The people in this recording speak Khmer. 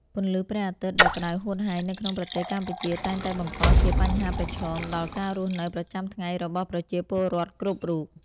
ពន្លឺព្រះអាទិត្យដ៏ក្តៅហួតហែងនៅក្នុងប្រទេសកម្ពុជាតែងតែបង្កជាបញ្ហាប្រឈមដល់ការរស់នៅប្រចាំថ្ងៃរបស់ប្រជាពលរដ្ឋគ្រប់រូប។